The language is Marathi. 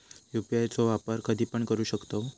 यू.पी.आय चो वापर कधीपण करू शकतव?